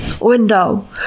window